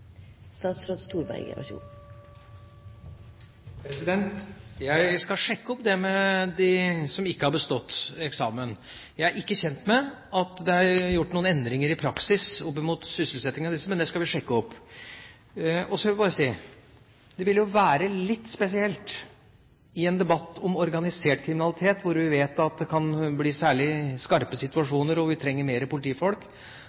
gjort noen endringer i praksis når det gjelder sysselsettingen av disse, men det skal vi sjekke opp. Så vil jeg bare si: Det ville vært litt spesielt i en debatt om organisert kriminalitet, når vi vet at det kan bli særlig skarpe